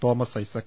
Thomas Isaac